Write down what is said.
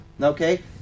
Okay